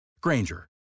Granger